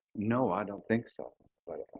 no, i don't think so. but